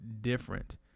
different